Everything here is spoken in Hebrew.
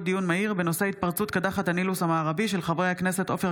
דיון מהיר בהצעתם של חברי הכנסת מטי צרפתי